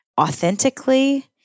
authentically